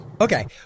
Okay